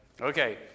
Okay